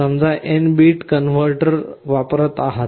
समजा आपण n bit converter वापरत आहात